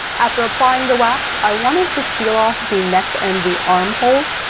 after applying the wax, i wanted to seal off the neck and the arm holes.